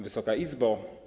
Wysoka Izbo!